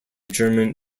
german